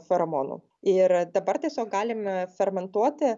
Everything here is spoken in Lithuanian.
feromonų ir dabar tiesiog galime fermentuoti